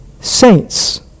saints